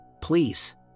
Please